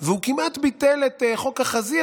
והוא כמעט ביטל את חוק החזיר,